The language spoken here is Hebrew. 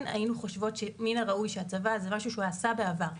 אנחנו חושבות שמן הראוי שהצבא זה משהו שהוא עשה בעבר,